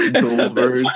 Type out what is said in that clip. Goldberg